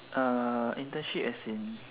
internship as in